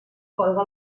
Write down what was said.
colga